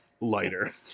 lighter